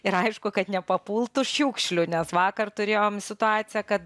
ir aišku kad nepapultų šiukšlių nes vakar turėjom situaciją kad